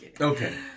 Okay